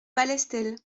palestel